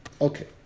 Okay